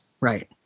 Right